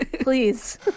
Please